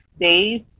days